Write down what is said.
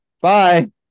Bye